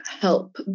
help